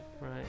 right